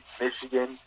Michigan